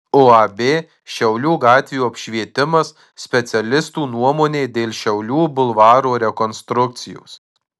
uab šiaulių gatvių apšvietimas specialistų nuomonė dėl šiaulių bulvaro rekonstrukcijos